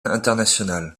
international